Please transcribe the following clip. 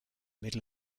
middle